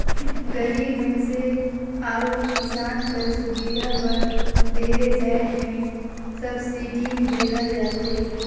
गरीब मइनसे अउ किसान कर सुबिधा बर ढेरे जाएत में सब्सिडी देहल जाथे